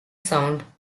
sound